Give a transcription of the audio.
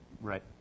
right